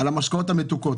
על המשקאות המתוקים,